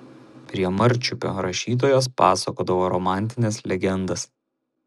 prie marčiupio rašytojas pasakodavo romantines legendas